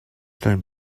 don’t